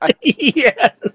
Yes